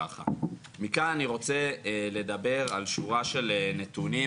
מכאן אני רוצה לדבר על שורה של נתונים,